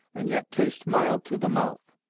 and yet taste mild to the mouth.